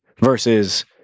versus